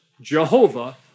Jehovah